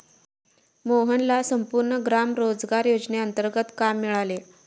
मोहनला संपूर्ण ग्राम रोजगार योजनेंतर्गत काम मिळाले